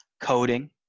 coding